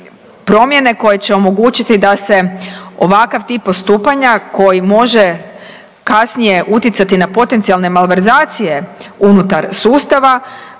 promjene koje će omogućiti da se ovakav tip postupanja koji može kasnije utjecati na potencijalne malverzacije unutar sustava